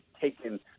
taken